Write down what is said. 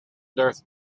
darth